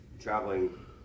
traveling